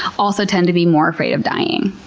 also tend to be more afraid of dying.